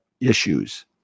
issues